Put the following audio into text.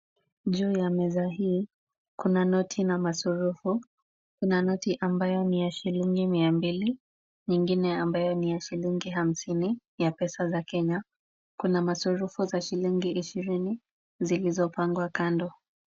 Juu ya meza hii, kuna noti na masurufu. Kuna noti ambayo ni ya shilingi mia mbili, nyingine ambayo ni ya shilingi hamsini ya pesa za Kenya. Kuna masurufu ya shilingi ishirini zilizopangwa kando.